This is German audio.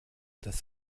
das